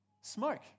Smoke